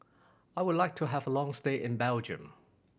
I would like to have a long stay in Belgium